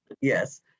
Yes